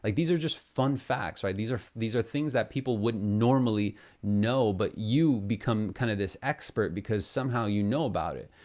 like these are just fun facts, right? these are things are things that people wouldn't normally know but you become kind of this expert because somehow you know about it.